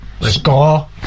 score